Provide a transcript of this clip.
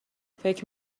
فکر